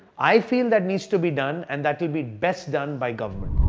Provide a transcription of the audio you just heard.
i feel that needs to be done and that will be best done by government.